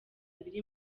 ibiri